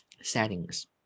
settings